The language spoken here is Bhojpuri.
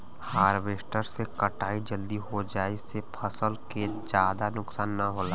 हारवेस्टर से कटाई जल्दी हो जाये से फसल के जादा नुकसान न होला